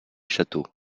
châteaux